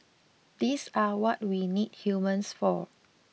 these are what we need humans for